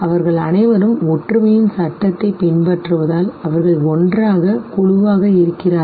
அவர்கள் அனைவரும் ஒற்றுமையின் சட்டத்தை பின்பற்றுவதால் அவர்கள் ஒன்றாக குழுவாக இருக்கிறார்கள்